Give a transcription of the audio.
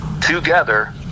together